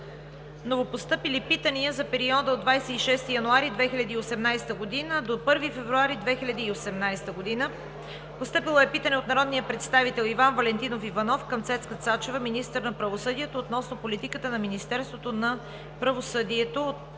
Новопостъпили питания за периода от 26 януари 2018 г. до 1 февруари 2018 г.: Постъпило е питане от народния представител Иван Валентинов Иванов към Цецка Цачева – министър на правосъдието, относно политиката на Министерството на правосъдието